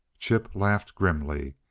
chip laughed grimly,